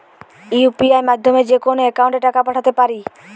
UPI মাধ্যমে যেকোনো একাউন্টে টাকা পাঠাতে পারি?